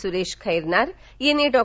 सुरेश खैरनार यांनी डॉ